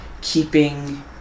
keeping